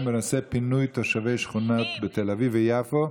בנושא פינוי תושבי שכונות בתל אביב ויפו.